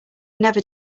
never